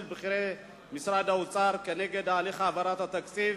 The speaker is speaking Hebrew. בכירי משרד האוצר כנגד הליך העברת התקציב